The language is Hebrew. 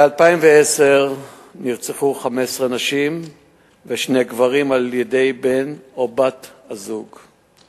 ב-2010 נרצחו 15 נשים ושני גברים על-ידי בן או בת הזוג.